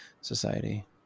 society